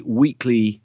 weekly